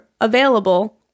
available